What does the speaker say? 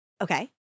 Okay